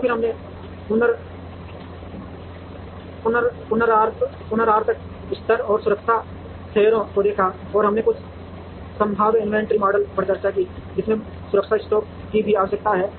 और फिर हमने पुनरावर्तक स्तर और सुरक्षा शेयरों को देखा और हमने कुछ संभाव्य इन्वेंट्री मॉडल पर चर्चा की जिसमें सुरक्षा स्टॉक की भी आवश्यकता है